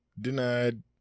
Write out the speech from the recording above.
Denied